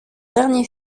dernier